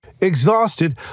Exhausted